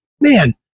man